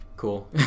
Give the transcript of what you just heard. cool